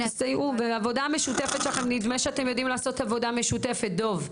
נדמה שאתם יודעים לעשות עבודה משותפת, דב,